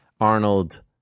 Arnold